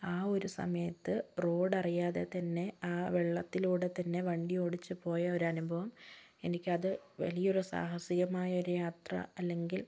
ആ ഒരു സമയത്ത് റോഡറിയാതെ തന്നെ ആ വെള്ളത്തിലൂടെ തന്നെ വണ്ടിയോടിച്ചു പോയ ഒരനുഭവം എനിക്കത് വലിയൊരു സാഹസികമായൊരു യാത്ര അല്ലെങ്കിൽ